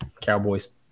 Cowboys